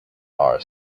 are